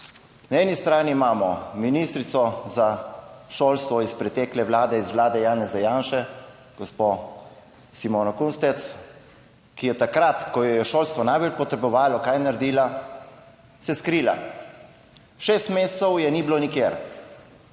Na eni strani imamo ministrico za šolstvo iz pretekle vlade, iz vlade Janeza Janše, gospo Simono Kustec, ki je takrat, ko jo je šolstvo najbolj potrebovalo kaj je naredila? Se skrila, šest mesecev je ni bilo nikjer.